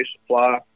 supply